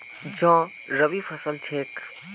जौ रबी फसल छिके